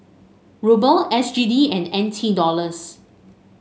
Ruble S G D and N T Dollars